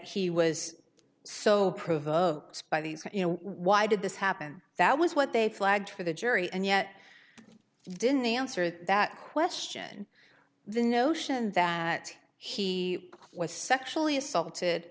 he was so provoked by these you know why did this happen that was what they flagged for the jury and yet didn't answer that question the notion that he was sexually assaulted